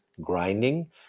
grinding